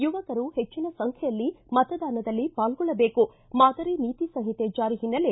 ಯುವಕರು ಹೆಚ್ಚಿನ ಸಂಖ್ಯೆಯಲ್ಲಿ ಮತದಾನದಲ್ಲಿ ಪಾಲ್ಗೊಳ್ಳಬೇಕು ಮಾದರಿ ನೀತಿ ಸಂಹಿತೆ ಜಾರಿ ಹಿನ್ನೆಲೆ